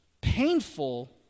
painful